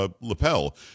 lapel